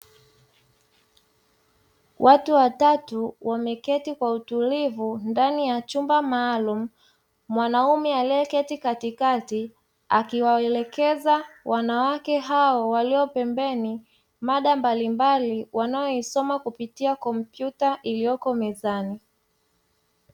Watu watatu wameketi kwa utulivu ndani ya chumba maalumu, mwanaume aliyeketi katikati akiwaelekeza wanawake hao walio pembeni mada mbalimbali wanayoisoma kupitia kompyuta iliyoko mezani.